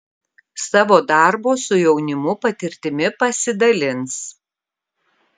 savo darbo su jaunimu patirtimi pasidalins